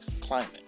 climate